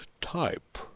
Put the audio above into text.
type